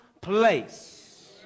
place